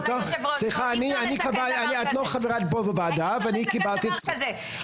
כבוד היושב ראש אי אפשר לסכם דבר כזה -- סליחה,